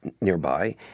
nearby